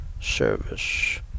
service